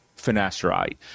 finasteride